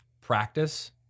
practice